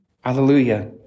Hallelujah